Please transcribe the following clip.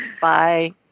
Bye